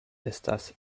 estas